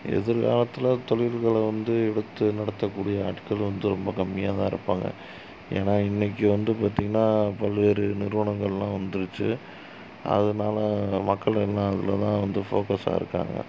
எதிர்காலத்தில் தொழில்கள வந்து எடுத்து நடத்தக்கூடிய ஆட்கள் வந்து ரொம்ப கம்மியாக தான் இருப்பாங்க ஏன்னா இன்னைக்கி வந்து பார்த்திங்கனா பல்வேறு நிறுவனங்கள்லாம் வந்துடுச்சு அதனால மக்கள் எல்லாம் அதில் தான் வந்து ஃபோக்கஸாக இருக்காங்க